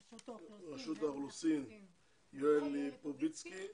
נציג רשות האוכלוסין, יואל ליפובצקי.